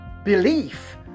belief